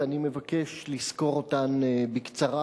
ואני מבקש לסקור אותן בקצרה.